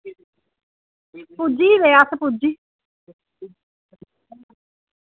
पुज्जी गेदे अस पुज्जी